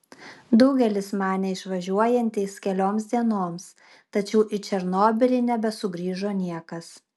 daugelis manė išvažiuojantys kelioms dienoms tačiau į černobylį nebesugrįžo niekas